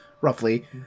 roughly